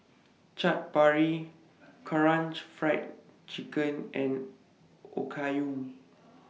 Chaat Papri Karaage Fried Chicken and Okayu